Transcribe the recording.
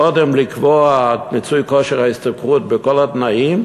קודם לקבוע מיצוי כושר ההשתכרות בכל התנאים,